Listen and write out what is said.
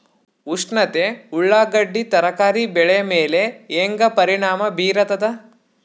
ಉಷ್ಣತೆ ಉಳ್ಳಾಗಡ್ಡಿ ತರಕಾರಿ ಬೆಳೆ ಮೇಲೆ ಹೇಂಗ ಪರಿಣಾಮ ಬೀರತದ?